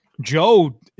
Joe